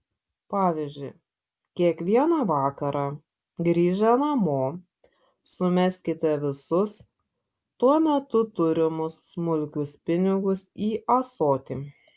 pavyzdžiui kiekvieną vakarą grįžę namo sumeskite visus tuo metu turimus smulkius pinigus į ąsotį